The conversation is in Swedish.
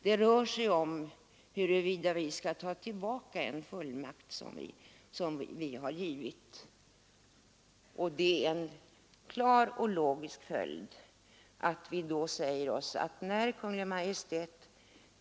Det rör sig om huruvida riksdagen skall ta tillbaka en fullmakt som den en gång har givit.